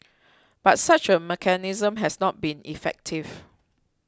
but such a mechanism has not been effective